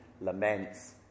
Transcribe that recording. Laments